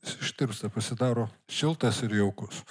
jis ištirpsta pasidaro šiltas ir jaukus